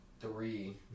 three